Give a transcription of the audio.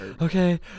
okay